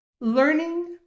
learning